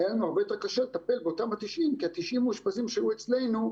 היום הרבה יותר קשה לטפל באותם ה-90% כי הם מאושפזים שהיו אצלנו,